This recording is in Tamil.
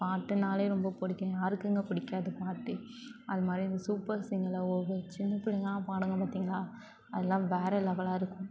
பாட்டுனாலே ரொம்ப பிடிக்கும் யாருக்குதாங்க பிடிக்காது பாட்டு அதுமாதிரி இந்த சூப்பர் சிங்கரில் ஒவ்வொரு சின்ன பிள்ளைங்கள்லாம் பாடும்ங்க பார்த்திங்களா அதெல்லாம் வேறு லெவலாக இருக்கும்